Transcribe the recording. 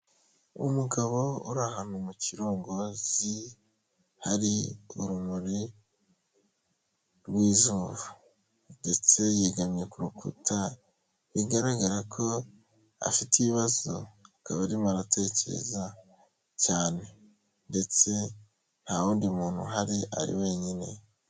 Umugabo uri ahantu mu kirongozi hari urumuri rw'izuba, ndetse yegamye ku rukuta bigaragara ko afite ibibazo akaba arimo aratekereza cyane, ndetse nta wundi muntu uhari ari wenyine.